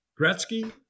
Gretzky